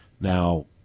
Now